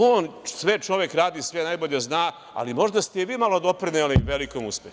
On sve čovek radi, sve najbolje zna, ali možda ste i vi malo doprineli velikom uspehu.